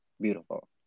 Beautiful